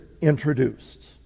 introduced